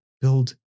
build